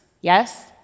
Yes